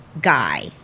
guy